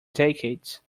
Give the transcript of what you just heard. decades